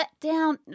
letdown